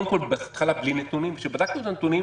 בהתחלה באו בלי נתונים וכשבדקנו את הנתונים,